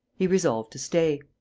he resolved to stay.